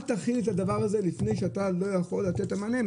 אל תחילו את הדבר הזה לפני שאתה יכול לתת את המענה.